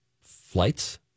flights